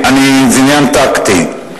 זה עניין טקטי,